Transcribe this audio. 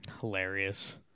Hilarious